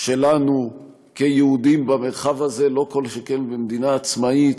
שלנו כיהודים במרחב הזה, כל שכן במדינה עצמאית,